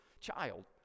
child